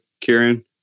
Kieran